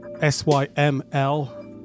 S-Y-M-L